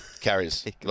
carries